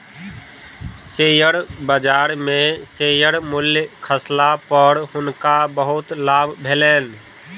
share बजार में share मूल्य खसला पर हुनकर बहुत लाभ भेलैन